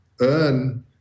earn